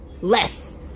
less